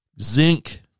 zinc